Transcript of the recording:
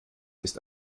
ist